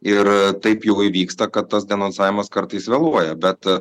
ir taip jau įvyksta kad tas denonsavimas kartais vėluoja bet